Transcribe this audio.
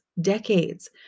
decades